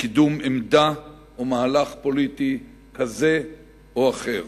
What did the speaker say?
בקידום עמדה או מהלך פוליטי כזה או אחר.